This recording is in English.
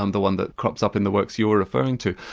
um the one that crops up in the works you're referring to.